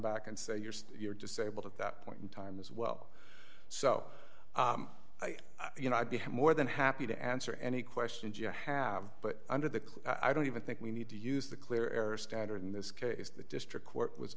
back and say you're you're disabled at that point in time as well so you know i'd be more than happy to answer any questions you have but under the clear i don't even think we need to use the clear error standard in this case the district court was